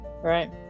right